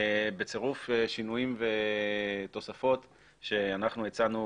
בצירוף שינויים ותוספות שאנחנו הצענו